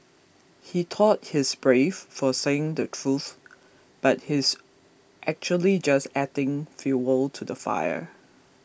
he thought he's brave for saying the truth but he's actually just adding fuel to the fire